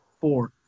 four